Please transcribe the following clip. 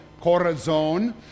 corazon